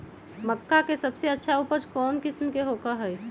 मक्का के सबसे अच्छा उपज कौन किस्म के होअ ह?